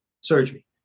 surgery